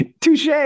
touche